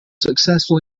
successful